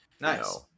Nice